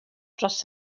dros